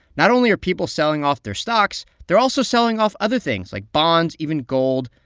not only are people selling off their stocks, they're also selling off other things, like bonds, even gold,